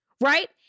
Right